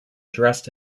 dressed